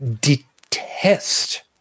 detest